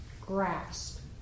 grasp